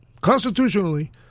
Constitutionally